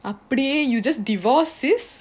I pray you just divorce sis